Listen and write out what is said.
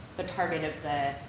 the target of the,